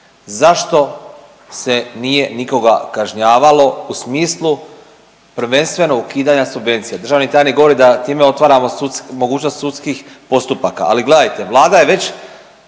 Zašto se nije nikoga kažnjavalo u smislu prvenstveno ukidanja subvencija? Državni tajnik govori da time otvaramo mogućnost sudskih postupaka, ali gledajte, Vlada je već